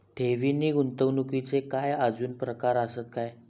ठेव नी गुंतवणूकचे काय आजुन प्रकार आसत काय?